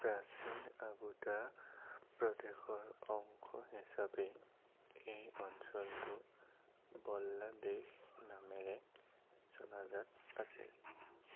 প্ৰাচীন আৰ্বুদা প্ৰদেশৰ অংশ হিচাপে এই অঞ্চলটো বল্লাদেশ নামেৰে জনাজাত আছিল